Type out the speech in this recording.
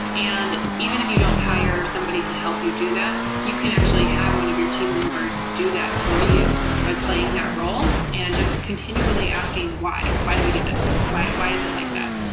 and even if you don't hire somebody to help you do that, you can actually have one of your team members do that for you by playing that yeah role and just continually asking why. why do we do this? why why is it like that?